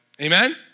Amen